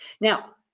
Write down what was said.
Now